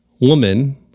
Woman